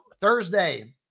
Thursday